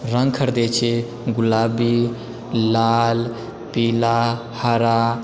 रङ्ग खरीदै छियै गुलाबी लाल पीला हरा